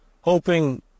hoping